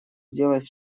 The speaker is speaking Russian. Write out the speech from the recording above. сделать